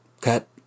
cut